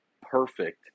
perfect